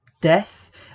death